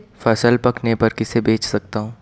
फसल पकने पर किसे बेच सकता हूँ?